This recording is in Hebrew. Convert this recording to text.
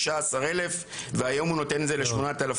לכ-15,000 והיום הוא נותן את זה ל-8,000.